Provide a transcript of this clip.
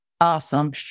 Awesome